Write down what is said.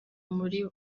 muri